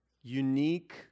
unique